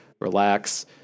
relax